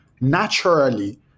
naturally